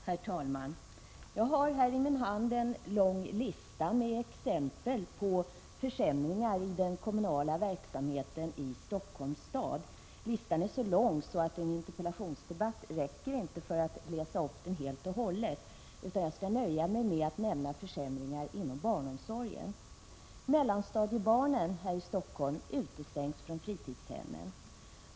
Herr talman! Jag har i min hand en lång lista med exempel på försämringar i den kommunala verksamheten i Stockholms stad. Listan är så lång att en interpellationsdebatt inte räcker för att jag skall kunna läsa upp den helt och — Prot. 1986/87:49 hållet. Jag skall därför nöja mig med att nämna försämringar inom 15 december 1986 barnomsorgen. Mellanstadiebarnen här i Stockholm utestängs från fritidshemmen.